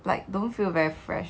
like don't feel very fresh